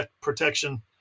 protection